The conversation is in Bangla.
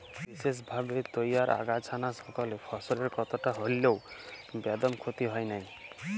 বিসেসভাবে তইয়ার আগাছানাসকলে ফসলের কতকটা হল্যেও বেদম ক্ষতি হয় নাই